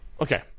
Okay